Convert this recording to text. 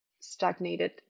stagnated